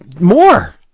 more